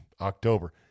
October